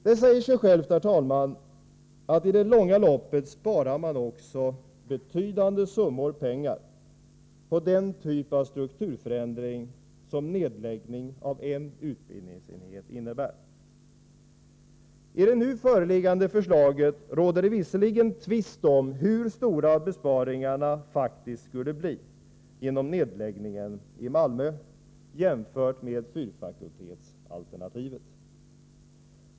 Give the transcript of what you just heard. Det säger sig självt, herr talman, att i det långa loppet sparar man också betydande summor pengar på den typ av strukturförändring som nedläggning av en utbildningsenhet innebär. I det nu föreliggande förslaget råder det visserligen tvist om hur stora besparingarna faktiskt skulle bli genom nedläggningen i Malmö jämfört med fyrfakultetsalternativet.